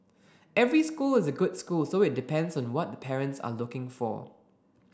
every school is a good school so it depends on what parents are looking for